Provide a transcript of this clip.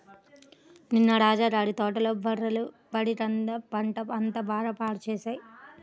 నిన్న రాజా గారి తోటలో బర్రెలు పడి కంద పంట అంతా బాగా పాడు చేశాయి